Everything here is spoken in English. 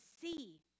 see